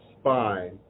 spine